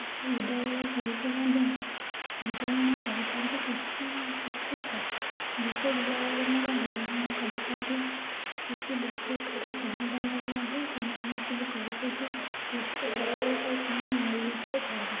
ବିଶ୍ୱବିଦ୍ୟାଳୟ ସହିତ ମଧ୍ୟ ବୁଝାମଣା କରିଥାନ୍ତି କୃଷି ଓ ଭିତ୍ତିକ ବିଶ୍ୱବିଦ୍ୟାଳୟରେ ମଧ୍ୟ ବୁଝାମଣା କରିଥାନ୍ତି କୃଷି ବୈଷୟିକର ସମାଧାନର ମଧ୍ୟ ସମାଧାନ ସବୁ କରିଥାନ୍ତି ସୁସ୍ଥ ସରଳ ଉପାୟରେ ସେମାନେ ନିୟୋଜିତ ଥାଆନ୍ତି